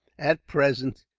at present,